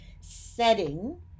setting